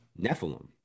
nephilim